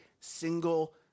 single